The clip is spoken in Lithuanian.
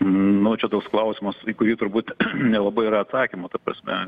nu čia toks klausimas į kurį turbūt nelabai yra atsakymo ta prasme